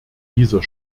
dieser